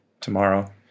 tomorrow